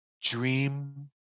dream